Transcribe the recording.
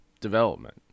development